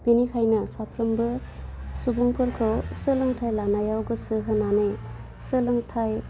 बेनिखायनो साफ्रोमबो सुबुंफोरखौ सोलोंथाइ लानायाव गोसो होनानै सोलोंथाइ